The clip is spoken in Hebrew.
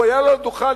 הוא היה עולה על הדוכן,